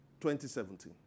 2017